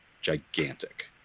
gigantic